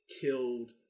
killed